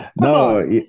no